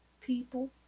people